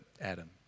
Adam